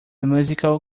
musical